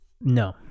No